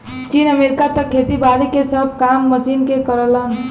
चीन, अमेरिका त खेती बारी के सब काम मशीन के करलन